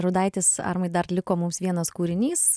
rudaitis armai dar liko mums vienas kūrinys